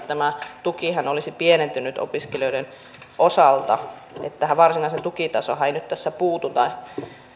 tämä tukihan olisi todellakin pienentynyt opiskelijoiden osalta tähän varsinaiseen tukitasoonhan ei nyt tässä puututa